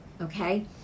Okay